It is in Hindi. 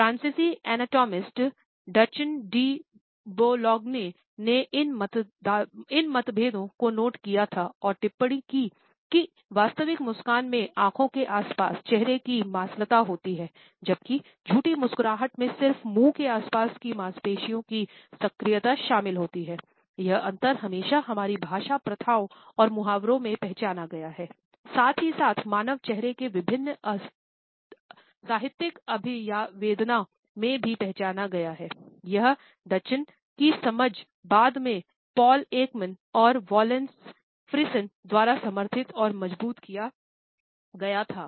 फ्रांसीसी एनाटोमिस्ट द्वारा समर्थित और मजबूत किया गया था